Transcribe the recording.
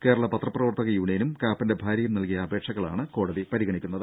കേരളാ പത്രപ്രവർത്തക യൂണിയനും കാപ്പന്റെ ഭാര്യയും നൽകിയ അപേക്ഷകളാണ് കോടതി പരിഗണിക്കുന്നത്